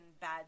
bad